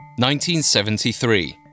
1973